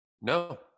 No